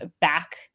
back